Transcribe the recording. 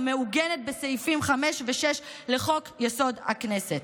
המעוגנת בסעיפים 5 ו-6 לחוק-יסוד: הכנסת.